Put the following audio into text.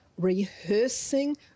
rehearsing